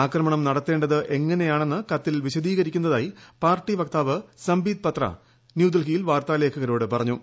ആക്രമണം നടത്തേണ്ടത് എങ്ങനെയാണെന്ന് കത്തിൽ വിശദീകരിക്കുന്നതായി പാർട്ടി വക്താവ് സമ്പീത് പത്ര ഡൽഹിയിൽ വാർത്താലേഖകരോട് പറഞ്ഞു